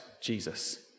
Jesus